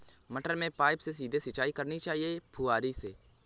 मटर में पाइप से सीधे सिंचाई करनी चाहिए या फुहरी से?